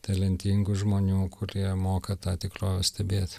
talentingų žmonių kurie moka tą tikrovę stebėti